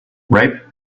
ripe